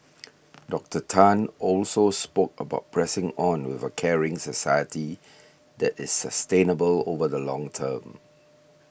Doctor Tan also spoke about pressing on with a caring society that is sustainable over the long term